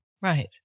Right